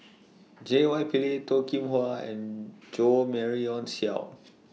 J Y Pillay Toh Kim Hwa and Jo Marion Seow